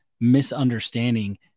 misunderstanding